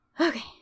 okay